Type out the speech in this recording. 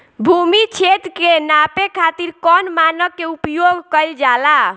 भूमि क्षेत्र के नापे खातिर कौन मानक के उपयोग कइल जाला?